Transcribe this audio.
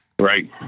Right